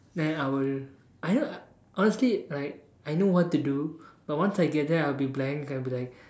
then I will I know uh honestly like I know what to do but once I get there I'll be blank I'll be like